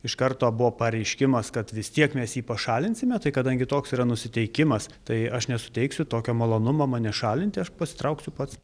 iš karto buvo pareiškimas kad vis tiek mes jį pašalinsime tai kadangi toks yra nusiteikimas tai aš nesuteiksiu tokio malonumo mane šalinti aš pasitrauksiu pats